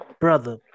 Brother